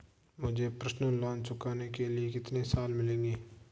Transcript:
मुझे personal loan चुकाने के लिए कितने साल मिलेंगे?